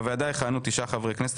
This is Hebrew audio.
בוועדה יכהנו תשעה חברי כנסת,